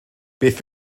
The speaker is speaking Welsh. beth